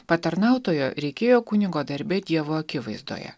patarnautojo reikėjo kunigo darbe dievo akivaizdoje